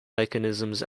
mechanisms